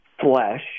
flesh